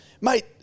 mate